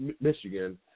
Michigan